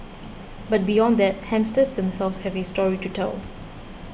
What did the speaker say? but beyond that hamsters themselves have a story to tell